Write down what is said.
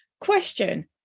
Question